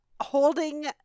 holding